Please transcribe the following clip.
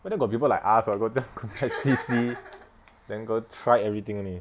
but then got people like us [what] go just go there see see then go try everything only